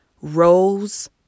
rose